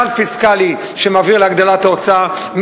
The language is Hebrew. כלל פיסקלי שמעביר להגדלת ההוצאה,